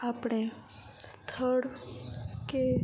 આપણે સ્થળ કે